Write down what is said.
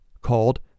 called